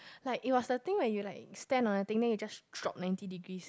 like it was the the thing like you just stand on the thing then you just drop ninety degrees